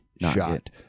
shot